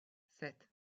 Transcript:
sept